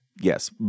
Yes